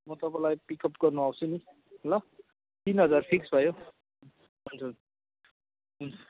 म तपाईँलाई पिकअप गर्न आउँछु नि ल तिन हजार फिक्स भयो हुन्छ